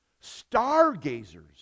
Stargazers